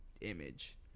Image